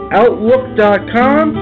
outlook.com